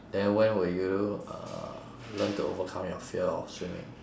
then when will you uh learn to overcome your fear of swimming